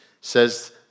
says